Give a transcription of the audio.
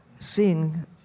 seeing